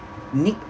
nick